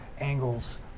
angles